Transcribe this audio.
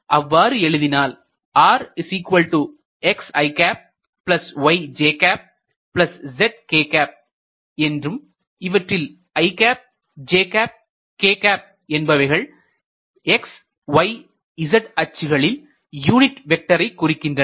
அவ்வாறு எழுதினால் என்றும் இவற்றில் என்பவை xyz அச்சுகளில் யூனிட் வெக்டரை குறிக்கின்றன